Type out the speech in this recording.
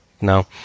no